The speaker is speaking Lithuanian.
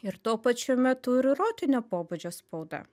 ir tuo pačiu metu ir erotinio pobūdžio spauda